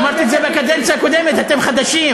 אמרתי את זה בקדנציה הקודמת, אתם חדשים.